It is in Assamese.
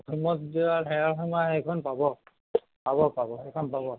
অসীমত যাৰ হেৰাল সীমা সেইখন পাব পাব পাব সেইখন পাব